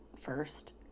first